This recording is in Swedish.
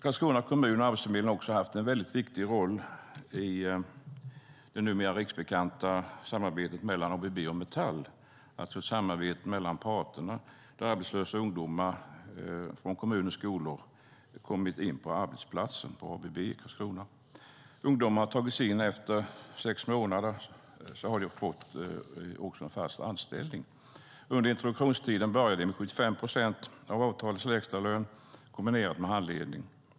Karlskrona kommun och Arbetsförmedlingen har också haft en viktig roll i det numera riksbekanta samarbetet mellan ABB och Metall. Det är alltså ett samarbete mellan parterna där arbetslösa ungdomar från kommunens skolor har kommit in på arbetsplatsen på ABB i Karlskrona. Ungdomar har tagits in, och efter sex månader har de fått fast anställning. Under introduktionstiden börjar de med 75 procent av avtalets lägsta lön kombinerat med handledning.